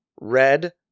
red